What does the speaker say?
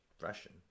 russian